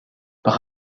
par